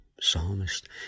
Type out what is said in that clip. psalmist